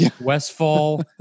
westfall